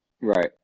Right